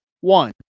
one